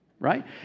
right